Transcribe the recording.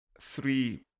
three